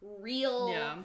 real